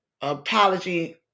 apology